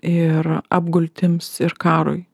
ir apgultims ir karui